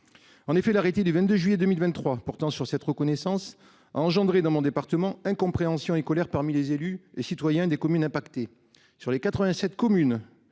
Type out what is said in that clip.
En effet, l’arrêté du 22 juillet 2023 portant sur cette reconnaissance a engendré dans mon département incompréhension et colère parmi les élus et citoyens des communes concernées.